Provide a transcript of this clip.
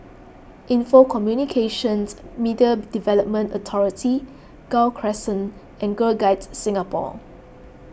Info Communications Media Development Authority Gul Crescent and Girl Guides Singapore